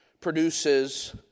produces